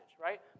right